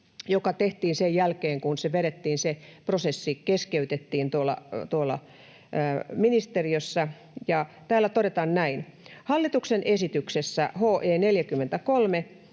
joka tehtiin sen jälkeen, kun se prosessi keskeytettiin tuolla ministeriössä. Täällä todetaan näin: ”Hallituksen esityksessä HE 43